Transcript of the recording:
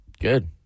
Good